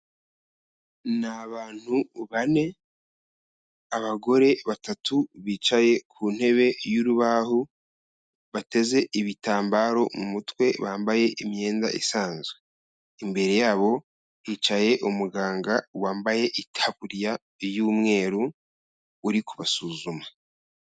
Ni abantu bane abagore batatu bicaye ku ntebe y'urubaho bateze ibitambaro mu mutwe bambaye imyenda isanzwe, imbere yabo hicaye umuganga wambaye itaburiya y'umweru uri kubasuzuma.